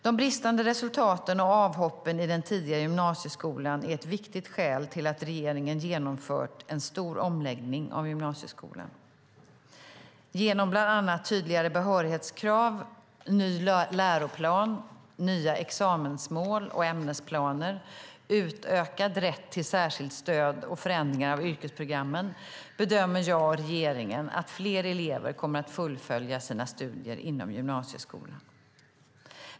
De bristande resultaten och avhoppen i den tidigare gymnasieskolan är ett viktigt skäl till att regeringen genomfört en stor omläggning av gymnasieskolan. Genom bland annat tydligare behörighetskrav, ny läroplan, nya examensmål och ämnesplaner, utökad rätt till särskilt stöd och förändringar av yrkesprogrammen bedömer jag och regeringen att fler elever kommer att fullfölja sina studier inom gymnasieskolan.